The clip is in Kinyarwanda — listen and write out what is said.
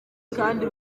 kandi